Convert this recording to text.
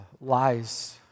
lies